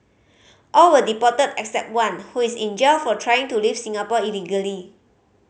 all were deported except one who is in jail for trying to leave Singapore illegally